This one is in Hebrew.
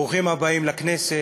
ברוכים הבאים לכנסת.